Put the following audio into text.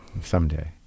Someday